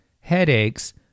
headaches